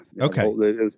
Okay